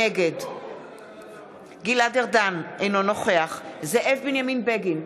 נגד גלעד ארדן, אינו נוכח זאב בנימין בגין,